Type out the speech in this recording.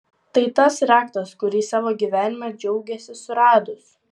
tai tas raktas kurį savo gyvenimui džiaugėsi suradus